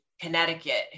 Connecticut